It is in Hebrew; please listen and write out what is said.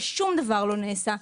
ושום דבר לא נעשה.